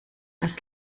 das